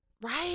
Right